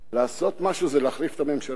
לעשות משהו זה להחליף את הממשלה הזאת.